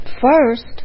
first